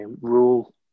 rule